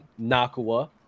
Nakua